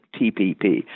TPP